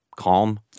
Calm